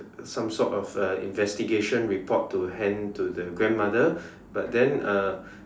some sort of a investigation report to hand to the grandmother but then uh